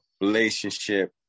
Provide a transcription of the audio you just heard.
relationship